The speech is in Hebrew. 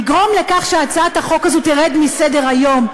יגרום לכך שההצעה הזאת תרד מסדר-היום,